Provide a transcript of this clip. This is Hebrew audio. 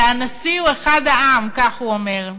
והנשיא הוא אחד העם", כך הוא אומר.